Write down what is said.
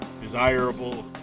desirable